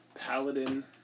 Paladin